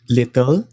little